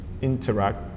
interact